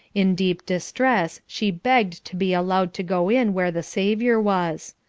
in deep distress she begged to be allowed to go in where the saviour was.